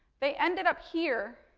they ended up here,